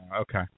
Okay